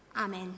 Amen